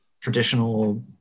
traditional